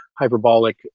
hyperbolic